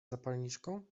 zapalniczką